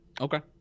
Okay